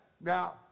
Now